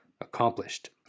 accomplished